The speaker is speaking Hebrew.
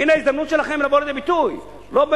הנה ההזדמנות שלכם לבוא לידי ביטוי, לא במחאה.